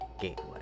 gateway